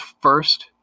first